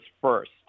first